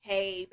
Hey